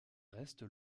reste